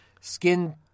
skin